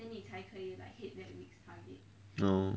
orh